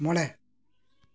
ᱢᱚᱬᱮ